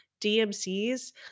DMCs